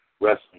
wrestling